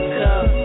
come